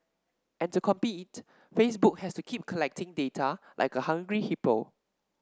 and to compete Facebook has to keep collecting data like a hungry hippo